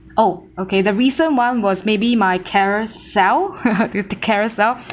oh okay the recent one was maybe my Carousell with the Carousell